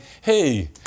hey